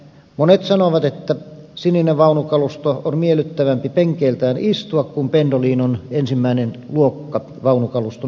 monet sanovat että sininen vaunukalusto on miellyttävämpi penkeiltään istua kuin pendolinon ensimmäinen luokka vaunukaluston osalta